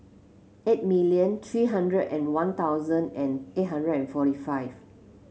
eight million three hundred and One Thousand and eight hundred and forty five